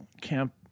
camp